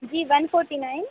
ji one forty nine